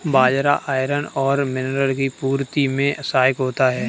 बाजरा iron और mineral की पूर्ति में सहायक होता है